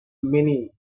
many